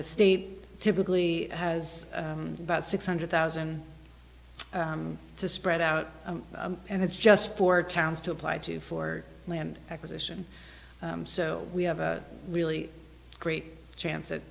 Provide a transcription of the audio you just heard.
the state typically has about six hundred thousand to spread out and it's just four towns to apply to for land acquisition so we have a really great chance of